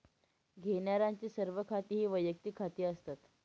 घेण्यारांचे सर्व खाती ही वैयक्तिक खाती असतात